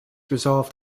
resolved